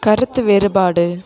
கருத்து வேறுபாடு